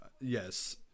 Yes